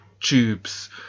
tubes